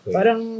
Parang